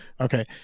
Okay